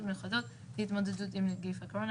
מיוחדות להתמודדות עם נגיף הקורונה,